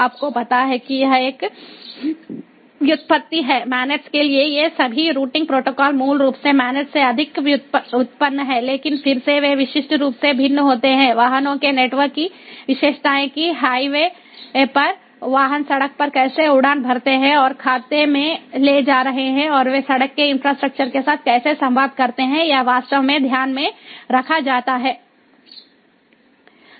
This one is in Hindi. आपको पता है कि यह एक व्युत्पत्ति है MANETs के लिए ये सभी रूटिंग प्रोटोकॉल मूल रूप से MANETs से अधिक व्युत्पन्न हैं लेकिन फिर से वे विशिष्ट रूप से भिन्न होते हैं वाहनों के नेटवर्क की विशेषताएं कि हाईवे पर वाहन सड़क पर कैसे उड़ान भरते हैं और खाते में ले जा रहे हैं और वे सड़क के इंफ्रास्ट्रक्चर के साथ कैसे संवाद करते हैं यह वास्तव में ध्यान में रखा जाता है